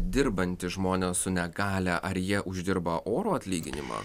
dirbantys žmonės su negalia ar jie uždirba orų atlyginimą